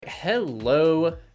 Hello